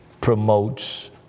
promotes